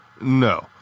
No